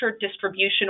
distribution